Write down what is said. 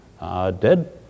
Dead